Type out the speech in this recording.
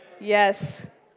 Yes